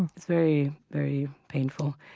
and it's very, very painful,